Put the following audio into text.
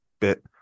bit